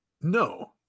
no